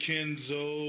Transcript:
Kenzo